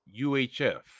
UHF